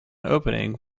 opening